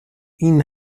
این